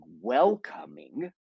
welcoming